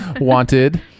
Wanted